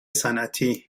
صنعتی